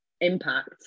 impact